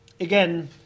again